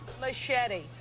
Machete